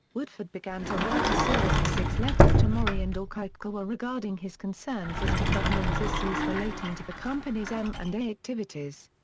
woodford began to write a series of six letters to mori and or kikukawa regarding his concerns as to governance issues relating to the company's m and a activities.